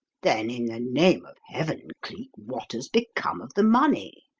then in the name of heaven, cleek, what has become of the money?